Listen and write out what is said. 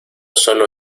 sólo